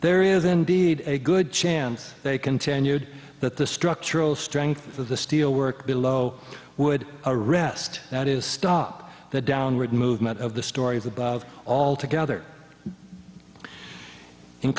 there is indeed a good chance they continued but the structural strength of the steel work below would a rest that is stop the downward movement of the stories above all together in